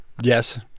Yes